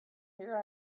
here